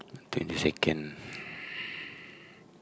twenty second